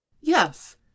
yes